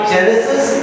Genesis